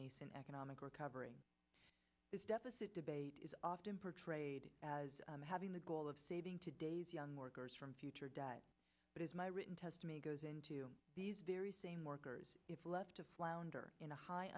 nascent economic recovery is deficit debate is often portrayed as having the goal of saving today's young workers from future debt but as my written testimony goes into these very same workers if left to flounder in a high